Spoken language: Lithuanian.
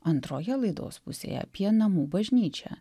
antroje laidos pusėje apie namų bažnyčią